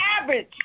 average